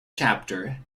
chapter